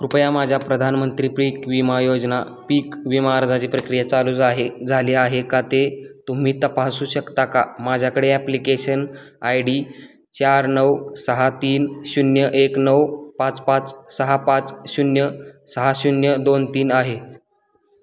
कृपया माझ्या प्रधानमंत्री पीक विमा योजना पीक विमा अर्जाची प्रक्रिया चालू जाहे झाली आहे का ते तुम्ही तपासू शकता का माझ्याकडे ॲप्लिकेशन आय डी चार नऊ सहा तीन शून्य एक नऊ पाच पाच सहा पाच शून्य सहा शून्य दोन तीन आहे